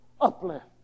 uplift